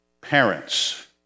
parents